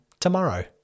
tomorrow